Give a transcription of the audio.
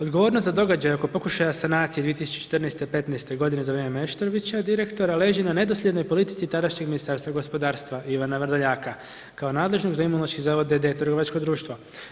Odgovornost za događaje oko pokušaje sanacije 2014., 2015. godine, za vrijeme Meštrovića direktora, leži na nedosljednoj politici tadašnjeg Ministarstva gospodarstva Ivana Vrdoljaka kao nadležnog za Imunološki zavod d.d. za trgovačko društvo.